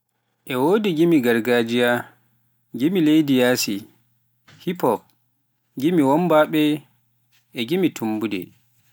E wodi gimi gargajiya, gimi leyɗi yaasi, hiphop, gimi wamboɓe e gimi tumbunde.